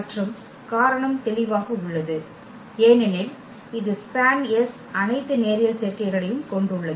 மற்றும் காரணம் தெளிவாக உள்ளது ஏனெனில் இது SPAN அனைத்து நேரியல் சேர்க்கைகளையும் கொண்டுள்ளது